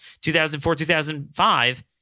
2004-2005